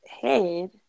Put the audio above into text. head